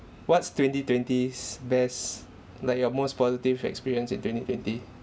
what's twenty twenty's best like your most positive experience in twenty twenty